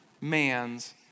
man's